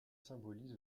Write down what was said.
symbolise